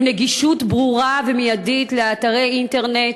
עם נגישות ברורה ומיידית לאתרי אינטרנט,